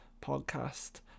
podcast